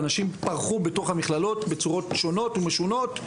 ואנשים פרחו בתוך המכללות בצורות שונות ומשונות,